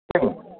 சரிங்க